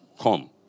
Come